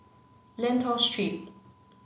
Lentor Street